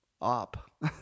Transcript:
op